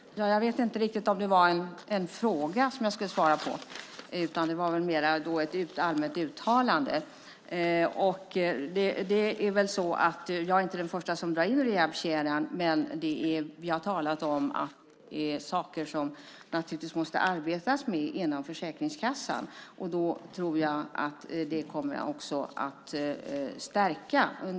Fru talman! Jag vet inte riktigt om det var en fråga som jag skulle svara på eller om det mer var ett allmänt uttalande. Jag är inte den första som drar in rehabkedjan i debatten. Vi har talat om sådant som måste arbetas med inom Försäkringskassan, och jag tror att det arbetet kommer att stärkas.